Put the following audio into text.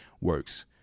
works